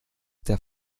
der